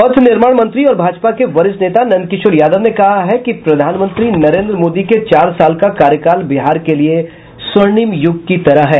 पथ निर्माण मंत्री और भाजपा के वरिष्ठ नेता नंदकिशोर यादव ने कहा है कि प्रधानमंत्री नरेंद्र मोदी के चार साल का कार्यकाल बिहार के लिए स्वर्णिम युग की तरह है